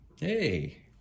Hey